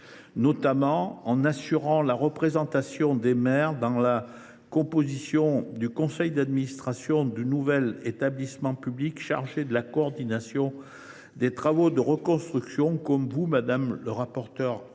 de loi assure ainsi la représentation des maires dans le conseil d’administration du nouvel établissement public chargé de la coordination des travaux de reconstruction. Comme vous, madame le rapporteur,